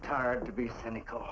tired to be cynical